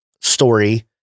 story